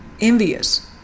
envious